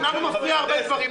גם לנו מפריעים הרבה דברים,